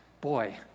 Boy